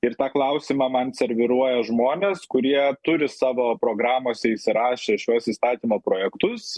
ir tą klausimą man serviruoja žmonės kurie turi savo programose įsirašę šiuos įstatymo projektus